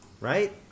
right